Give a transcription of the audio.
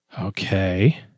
Okay